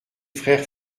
frères